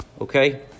okay